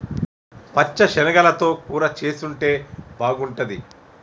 పచ్చ శనగలతో కూర చేసుంటే బాగుంటది